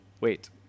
wait